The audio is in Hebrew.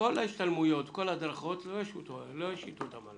כל ההשתלמויות וכל ההדרכות לא יושתו על המלווה.